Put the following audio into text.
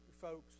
folks